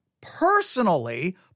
personally